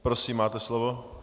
Prosím, máte slovo.